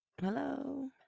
Hello